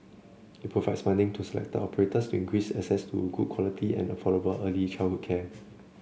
it provides funding to selected operators to increase access to good quality and affordable early childhood care